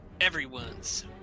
Everyone's